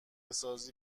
سازی